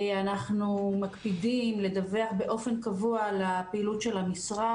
אנחנו מקפידים לדווח באופן קבוע על הפעילות של המשרד,